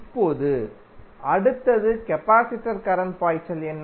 இப்போது அடுத்தது கபாசிடரில் கரண்ட் பாய்ச்சல் என்ன